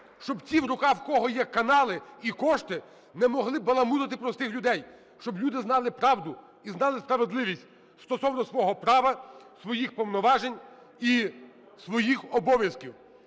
щоб ті, в руках у кого є канали і кошти, не могли баламутити простих людей, щоб люди знали правду і знали справедливість стосовно свого права, своїх повноважень і своїх обов'язків.